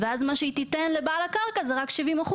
ואז מה שהיא תיתן לבעל הקרקע זה רק 70%